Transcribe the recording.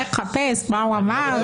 לכן המאבק הגדול עכשיו.